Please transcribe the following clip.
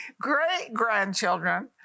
great-grandchildren